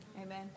Amen